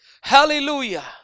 Hallelujah